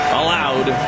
allowed